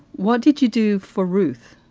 what did you do for ruth?